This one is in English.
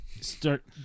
start